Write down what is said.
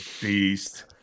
beast